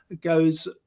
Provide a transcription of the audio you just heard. goes